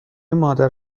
مادر